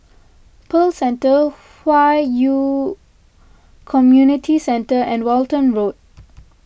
Pearl Centre Hwi Yoh Community Centre and Walton Road